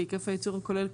כי היקף הייצור הכולל,